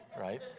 right